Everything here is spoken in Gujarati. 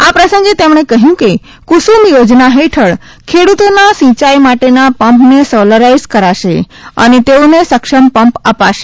આ પ્રસંગે તેમણે કહ્યુ કે કુસુમ થોજના હેઠળ ખેડૂતોના સિંચાઇ માટેના પંપંને સોલારાઇઝ કરાશે અને તેઓને સક્ષમ પંપ અપાશે